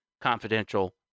confidential